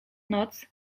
noc